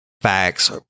facts